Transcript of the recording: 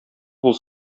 бул